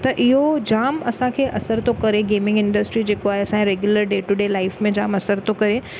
त इहो जाम असांखे असर थो करे गेमिंग इंड्सट्री जेको असांजे regular day to day life में जाम असर थो करे